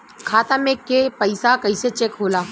खाता में के पैसा कैसे चेक होला?